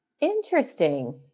Interesting